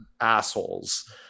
assholes